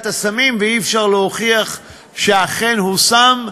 הסמים ואי-אפשר להוכיח שאכן הוא סם,